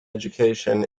education